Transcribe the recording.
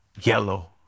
yellow